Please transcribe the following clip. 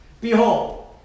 Behold